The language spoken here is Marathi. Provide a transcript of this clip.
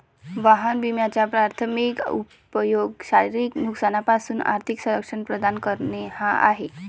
वाहन विम्याचा प्राथमिक उपयोग शारीरिक नुकसानापासून आर्थिक संरक्षण प्रदान करणे हा आहे